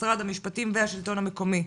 משרד המשפטים והשלטון המקומי.